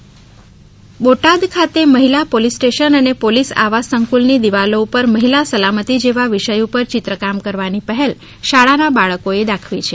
બોટાદ સલામતી ચિત્રકામ બોટાદ ખાતે મહિલા પોલિસ સ્ટેશન અને પોલિસ આવાસ સંકૂલની દીવાલો ઉપર મહિલા સલામતી જેવા વિષય ઉપર ચિત્રકામ કરવાની પહેલ શાળા ના બાળકો એ દાખવી છે